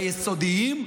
ביסודיים,